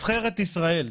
נבחרת ישראל,